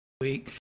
week